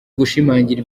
gushimangira